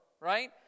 right